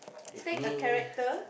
you have me